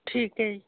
ਠੀਕ ਹੈ ਜੀ